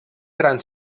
gran